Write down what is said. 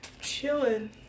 chilling